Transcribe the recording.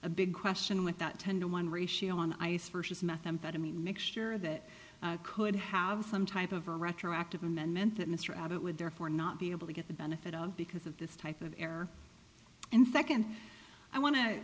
a big question with that ten to one ratio on ice versus methamphetamine mixture that could have some type of a retroactive amendment that mr abbott would therefore not be able to get the benefit of because of this type of error and second i wan